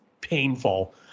painful